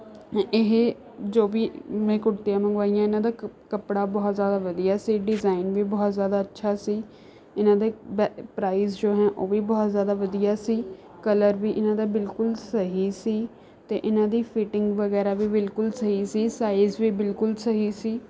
ਇਹ ਜੋ ਵੀ ਮੈਂ ਕੁੜਤੀਆਂ ਮੰਗਵਾਈਆਂ ਇਹਨਾਂ ਦਾ ਕਾ ਕੱਪੜਾ ਬਹੁਤ ਜ਼ਿਆਦਾ ਵਧੀਆ ਸੀ ਡਿਜ਼ਾਇਨ ਵੀ ਬਹੁਤ ਜ਼ਿਆਦਾ ਅੱਛਾ ਸੀ ਇਹਨਾਂ ਦੇ ਬ ਪ੍ਰਾਈਜ਼ ਜੋ ਹੈ ਉਹ ਵੀ ਬਹੁਤ ਜ਼ਿਆਦਾ ਵਧੀਆ ਸੀ ਕਲਰ ਵੀ ਇਹਨਾਂ ਦਾ ਬਿਲਕੁਲ ਸਹੀ ਸੀ ਅਤੇ ਇਹਨਾਂ ਦੀ ਫਿਟਿੰਗ ਵਗੈਰਾ ਵੀ ਬਿਲਕੁਲ ਸਹੀ ਸੀ ਸਾਈਜ਼ ਵੀ ਬਿਲਕੁਲ ਸਹੀ ਸੀ